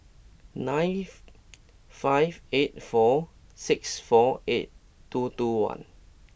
life five eight four six four eight two two one